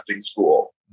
School